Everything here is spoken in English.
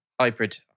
hybrid